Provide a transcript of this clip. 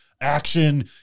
action